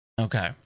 Okay